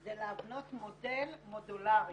זה להבנות מודל מודולרי.